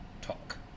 talk